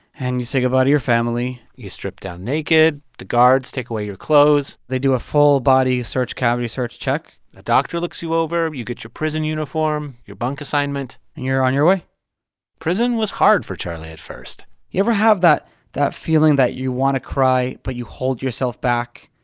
and you say goodbye to your family you strip down naked. the guards take away your clothes they do a full body search cavity search check a doctor looks you over. you get your prison uniform, your bunk assignment and you're on your way prison was hard for charlie at first you ever have that that feeling that you want to cry, but you hold yourself back?